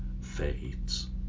fades